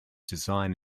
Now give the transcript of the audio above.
design